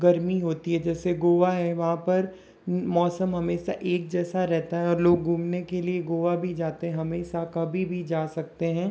गर्मी होती है जैसे गोवा है वहाँ पर मौसम हमेशा एक जैसा रहता है और लोग घूमने के लिए गोवा भी जाते है हमेशा कभी भी जा सकते हैं